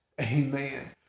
amen